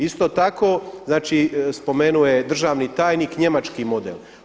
Isto tako, znači spomenuo je državni tajnik njemački model.